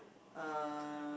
uh